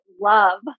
love